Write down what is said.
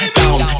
down